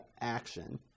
action